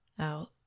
out